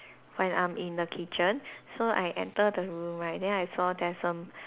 when I'm in the kitchen so I enter the room right then I saw there's a